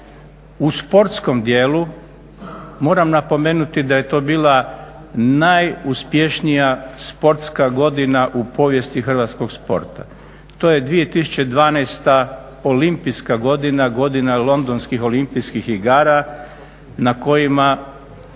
U sportskom dijelu, moram napomenuti da je to bila najuspješnija sportska godina u povijesti hrvatskog sporta, to je 2012. olimpijska godina, godina Londonskih olimpijskih igara na kojima